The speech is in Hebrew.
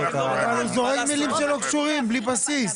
אבל הוא זורק מילים שלא קשורות והן בלי בסיס.